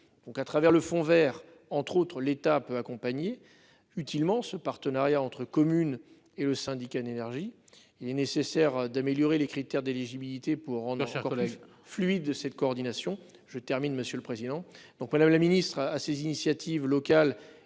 Donc à travers le Fonds Vert, entre autres, l'État peut accompagner utilement ce partenariat entre communes et le syndicat énergie. Il est nécessaire d'améliorer les critères d'éligibilité pour en collège fluide de cette coordination, je termine monsieur le président.